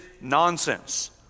nonsense